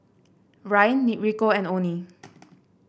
Ryne Rico and Onnie